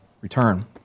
return